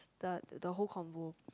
the the whole combo